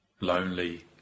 lonely